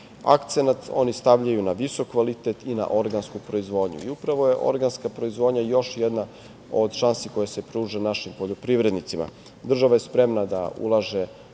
Akcenat oni stavljaju na visok kvalitet i na organsku proizvodnju i upravo je organska proizvodnja još jedan od šansi koja se pruža našim poljoprivrednicima. Država je spremna da ulaže